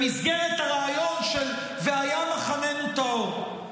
במסגרת הרעיון של "והיה מחננו טהור".